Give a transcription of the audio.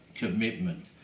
commitment